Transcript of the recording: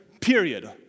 period